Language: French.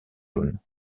jaune